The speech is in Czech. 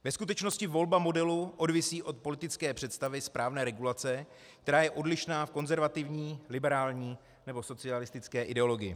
Ve skutečnosti volba modelu odvisí od politické představy správné regulace, která je odlišná v konzervativní, liberální nebo socialistické ideologii.